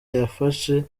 yafashe